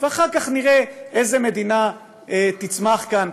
ואחר כך נראה איזו מדינה תצמח כאן,